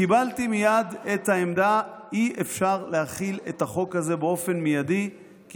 קיבלתי מייד את העמדה: אי-אפשר להחיל את החוק הזה באופן מיידי כי